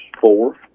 four